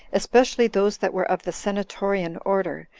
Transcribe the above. especially those that were of the senatorian order,